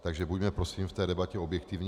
Takže buďme prosím v té debatě objektivní.